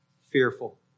fearful